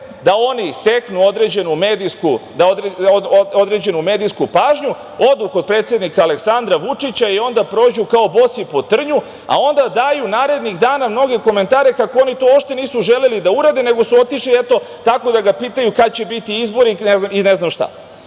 da oni steknu određenu medijsku pažnju, odu kod predsednika Aleksandra Vučića, i onda prođu kao bosi po trnju, a onda daju narednih dana mnoge komentare kako oni to uopšte nisu želeli da urade, nego su otišli tako, eto, da ga pitaju kada će biti izbori i ne znam